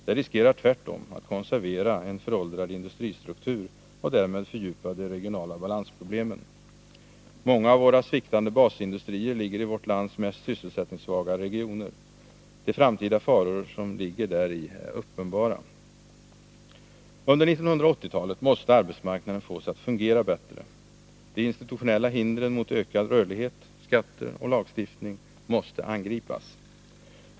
Det riskerar tvärtom att konservera en föråldrad industristruktur och därmed fördjupa de regionala balansproblemen. Många av våra sviktande basindustrier ligger i vårt lands mest sysselsättningssvaga regioner. De framtida faror som ligger däri är uppenbara. Under 1980-talet måste arbetsmarknaden fås att fungera bättre. De institutionella hindren mot ökad rörlighet — skatter och lagstiftning — måste angripas.